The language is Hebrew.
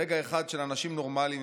ברגע אחד של אנשים נורמליים,